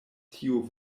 tiu